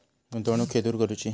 गुंतवणुक खेतुर करूची?